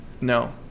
No